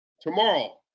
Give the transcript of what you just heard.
tomorrow